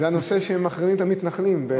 זה הנושא שמחרימים את המתנחלים.